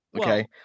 Okay